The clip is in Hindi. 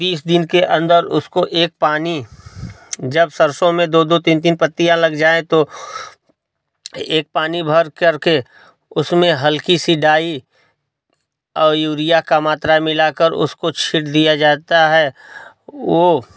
बीस दिन के अंदर उसको एक पानी जब सरसो में दो दो तीन तीन पत्तियाँ लग जाय तो एक पानी भर कर के उसमें हल्की सी डाई और यूरिया का मात्रा मिला का उसे छींट दिया जाता है वो